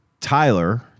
Tyler